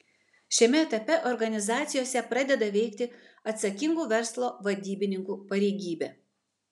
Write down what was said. šiame etape organizacijose pradeda veikti atsakingų verslo vadybininkų pareigybė